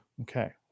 okay